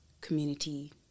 community